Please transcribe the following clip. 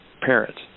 parents